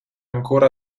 ancora